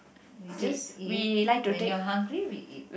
we just eat when you're hungry we eat